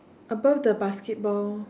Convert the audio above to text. above the basketball